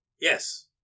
Yes